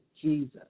Jesus